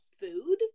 food